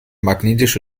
magnetische